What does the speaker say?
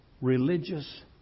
religious